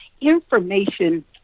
information